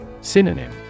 Synonym